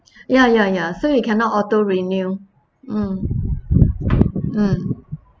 ya ya ya so you cannot auto renew mm mm